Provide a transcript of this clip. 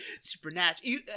Supernatural –